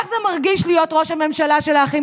איך זה מרגיש להיות ראש הממשלה של האחים